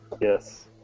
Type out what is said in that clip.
Yes